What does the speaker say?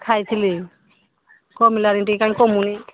ଖାଇଥିଲି କମିଲାନି ଟିକେ କାଇଁ କମୁନି